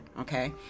okay